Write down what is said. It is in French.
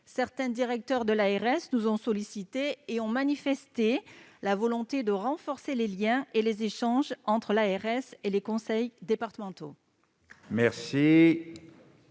Certains directeurs d'ARS nous ont sollicités et ont manifesté leur volonté de renforcer les liens et les échanges entre l'ARS et les conseils départementaux.